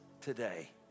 today